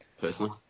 personally